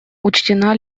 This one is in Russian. учтена